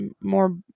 more